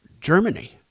Germany